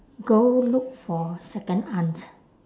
go look for second aunt